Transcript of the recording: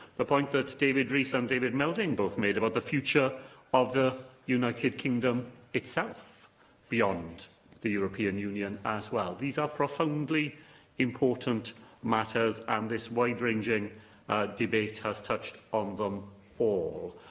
the point that david rees and david melding both made about the future of the united kingdom itself beyond the european union as well. these are profoundly important matters, and this wide-ranging debate has touched on them all.